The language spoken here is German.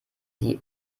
sie